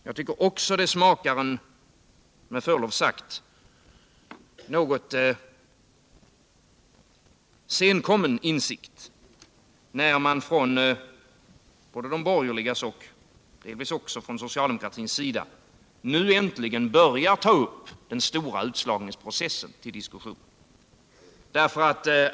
Jag tycker också att det smakar en med förlov sagt något senkommen insikt när man från både de borgerligas och delvis också socialdemokraternas sida nu äntligen börjar ta upp den stora utslagningsprocessen till diskussion.